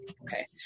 Okay